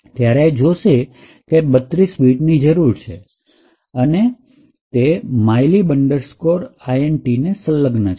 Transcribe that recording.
અને જોશે કે 32 bit જરૂરી છે અને તે mylib int ને સંલગ્ન છે